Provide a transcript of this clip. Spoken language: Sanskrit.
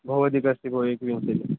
भवती कश्चित् वदति विंशतिः